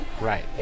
right